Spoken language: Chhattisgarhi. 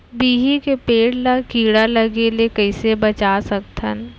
बिही के पेड़ ला कीड़ा लगे ले कइसे बचा सकथन?